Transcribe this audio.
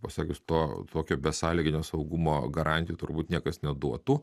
pasakius to tokio besąlyginio saugumo garantijų turbūt niekas neduotų